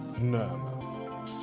No